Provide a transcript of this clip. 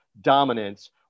dominance